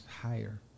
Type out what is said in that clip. higher